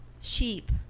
sheep